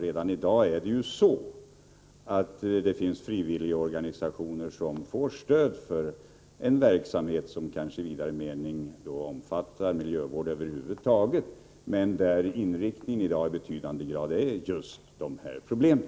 Redan nu får ju vissa frivilligorganisationer stöd för en verksamhet som kanske i vidare mening omfattar miljövård över huvud taget, men där inriktningen i betydande grad nu gäller just de här problemen.